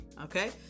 okay